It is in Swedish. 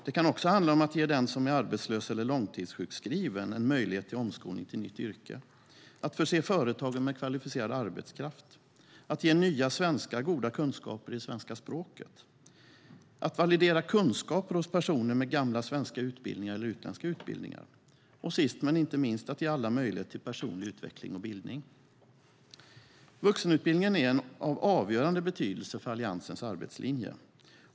Det kan också handla om att ge den som är arbetslös eller långtidssjukskriven en möjlighet till omskolning till nytt yrke, att förse företagen med kvalificerad arbetskraft, att ge nya svenskar goda kunskaper i det svenska språket, att validera kunskaper hos personer med gamla svenska utbildningar eller utländska utbildningar och sist men inte minst att ge alla möjlighet till personlig utveckling och bildning. Vuxenutbildningen är av avgörande betydelse för Alliansens arbetslinje.